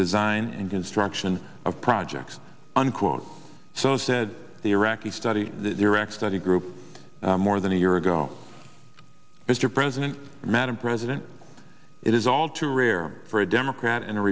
design and construction of projects unquote so said the iraqi study the iraq study group more than a year ago mr president madam president it is all too rare for a democrat and a